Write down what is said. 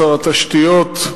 שר התשתיות,